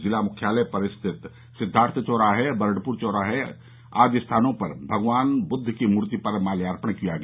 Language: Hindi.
जिला मुख्यालय पर स्थित सिद्वार्थ चौराहे बर्डपुर चौराहे आदि स्थानों पर भगवान बुद्व की मूर्ति पर माल्यार्पण किया गया